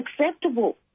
acceptable